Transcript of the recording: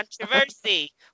controversy